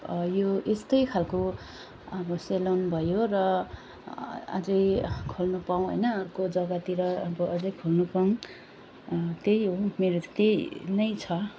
यो यस्तै खालको अब सेलुन भयो र अ अझै खोल्नु पाउँ होइन अर्को जग्गातिर अब अझै खोल्नु पाऊँ त्यही हो मेरो चाहिँ त्यही नै छ